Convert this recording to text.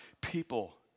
people